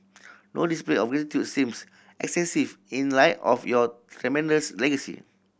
no display of gratitude seems excessive in light of your tremendous legacy